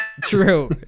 true